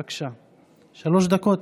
בבקשה, שלוש דקות.